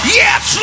yes